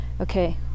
Okay